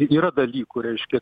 yra dalykų reiškia